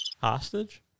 Hostage